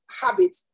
habit